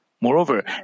Moreover